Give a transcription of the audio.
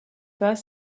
pas